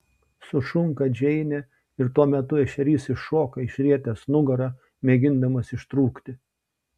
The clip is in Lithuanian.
sušunka džeinė ir tuo metu ešerys iššoka išrietęs nugarą mėgindamas ištrūkti